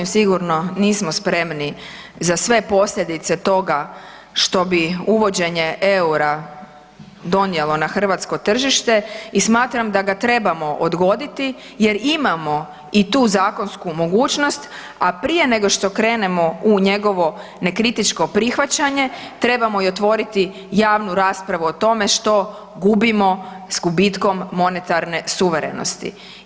Mi sasvim sigurno nismo spremni za sve posljedice toga što bi uvođenje eura donijelo na hrvatsko tržište i smatram da ga trebamo odgoditi jer imamo i tu zakonsku mogućnost, a prije nego što krenemo u njegovo nekritičko prihvaćanje, trebamo otvoriti i javnu raspravu o tome što gubimo s gubitkom monetarne suverenosti.